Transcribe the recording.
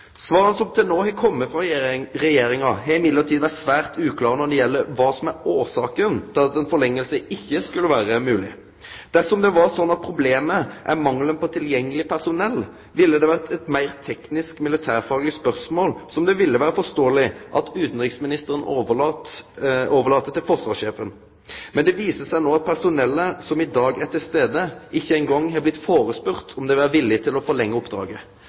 som til no har kome frå Regjeringa, har vore svært uklare når det gjeld kva som er årsaka til at ei forlenging ikkje skulle vere mogleg. Dersom det var slik at problemet er mangelen på tilgjengeleg personell, ville det vore eit meir teknisk militærfagleg spørsmål som det ville vere forståeleg at utanriksministeren overlèt til forsvarssjefen. Men det viser seg no at personellet som i dag er til stades, ikkje eingong har blitt spurt om dei vil vere villige til å forlengje oppdraget.